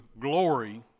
glory